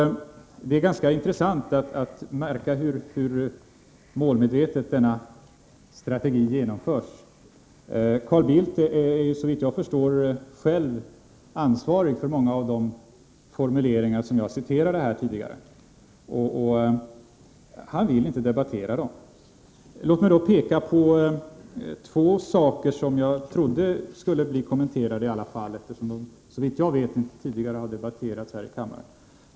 Det är ganska intressant att märka hur målmedvetet den strategin genomförs. Carl Bildt är, såvitt jag förstår, själv ansvarig för många av de formuleringar jag citerade här tidigare. Han vill inte debattera dem. Låt mig då peka på två saker som jag trodde skulle bli kommenterade, eftersom de, såvitt jag vet, inte tidigare har debatterats här i kammaren.